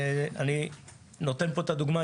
לדוגמה,